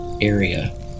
Area